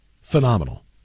phenomenal